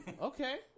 okay